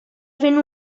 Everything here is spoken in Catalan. fent